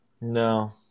No